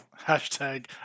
Hashtag